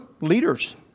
leaders